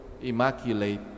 immaculate